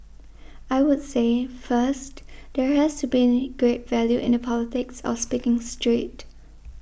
I would say first there has to be great value in the politics of speaking straight